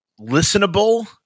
listenable